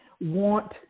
want